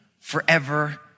forever